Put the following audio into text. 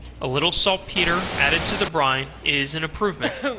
a little saltpetre, added to the brine, is an improvement.